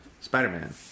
Spider-Man